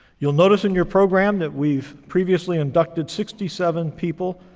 you'll notice in your program that we've previously inducted sixty seven people,